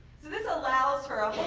this allows for a